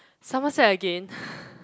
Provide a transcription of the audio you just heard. Somerset again